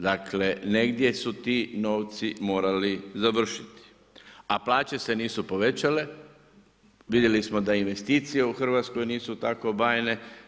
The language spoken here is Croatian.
Dakle negdje su ti novci morali završiti a plaće se nisu povećale, vidjeli smo da investicije u Hrvatsko nisu tako bajne.